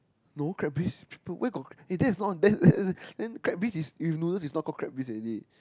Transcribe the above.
no crab bisque where got eh that is not that that is then crab bisque with noodles is not called crab bisque already